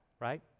right